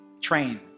train